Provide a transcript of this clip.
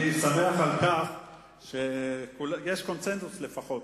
אני שמח על כך שיש קונסנזוס לפחות,